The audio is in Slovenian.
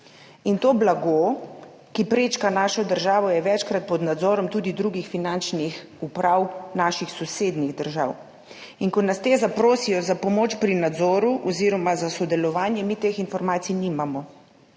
To blago, ki prečka našo državo, je večkrat pod nadzorom tudi drugih finančnih uprav naših sosednjih držav in ko nas te zaprosijo za pomoč pri nadzoru oziroma za sodelovanje, mi teh informacij nimamo.